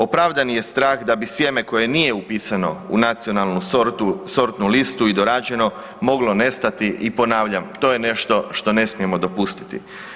Opravdani je strah da bi sjeme koje nije upisano u nacionalnu sortnu listu i dorađeno moglo nestati i ponavljam to je nešto što ne smijemo dopustiti.